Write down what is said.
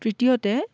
তৃতীয়তে